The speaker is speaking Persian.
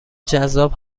جذاب